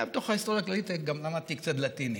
ובתוך ההיסטוריה הכללית למדתי גם קצת לטינית.